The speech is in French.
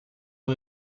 ont